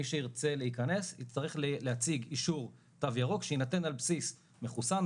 מי שירצה להיכנס יצטרך להציג אישור תו ירוק שיינתן על בסיס מחוסן,